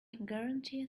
guarantee